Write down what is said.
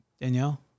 Danielle